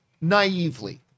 naively